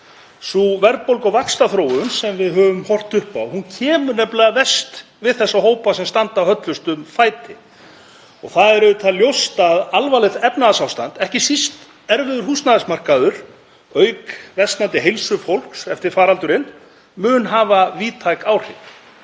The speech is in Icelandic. Sú verðbólgu- og vaxtaþróun sem við höfum horft upp á kemur nefnilega verst við þá hópa sem standa höllustum fæti. Það er auðvitað ljóst að alvarlegt efnahagsástand, ekki síst erfiður húsnæðismarkaður auk versnandi heilsu fólks eftir faraldurinn, mun hafa víðtæk áhrif.